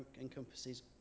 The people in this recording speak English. encompasses